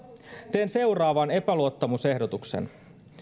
teen seuraavan epäluottamusehdotuksen